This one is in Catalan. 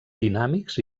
dinàmics